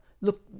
Look